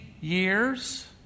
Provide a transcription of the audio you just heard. years